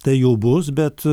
tai jau bus bet